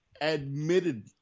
admittedly